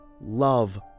love